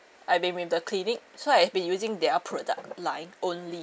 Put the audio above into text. I been with the clinic so I've been using their product line only